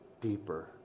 deeper